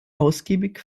ausgiebig